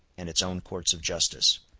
and its own courts of justice.